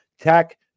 Tech